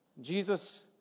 Jesus